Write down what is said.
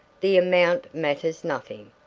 the amount matters nothing.